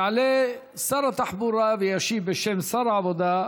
יעלה שר התחבורה וישיב בשם שר העבודה,